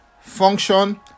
function